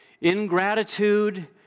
Ingratitude